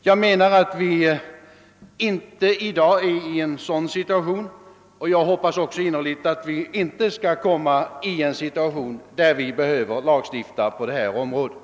Jag menar att vi i dag inte är i en sådan situation, och jag hoppas innerligt att vi inte heller skall komma i en sådan situation att vi behöver lagstifta på det här området.